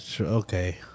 Okay